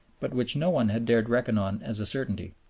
but which no one had dared reckon on as a certainty.